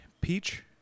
Peach